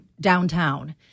downtown